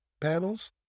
panels